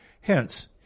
Hence